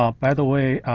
ah by the way,